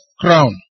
crown